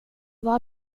var